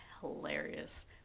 hilarious